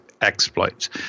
exploits